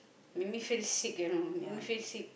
make me feel sick you know make me feel sick